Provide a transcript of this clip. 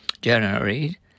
January